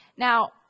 Now